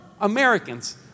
Americans